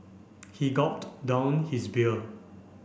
he gulped down his beer